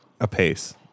apace